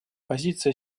позиция